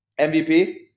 MVP